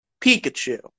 Pikachu